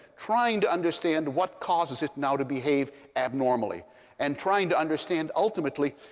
trying to understand what causes it now to behave abnormally and trying to understand, ultimately,